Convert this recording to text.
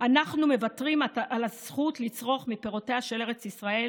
אנחנו מוותרים על הזכות לצרוך מפירותיה של ארץ ישראל,